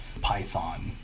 Python